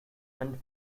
and